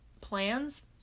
plans